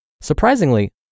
Surprisingly